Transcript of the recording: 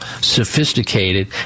sophisticated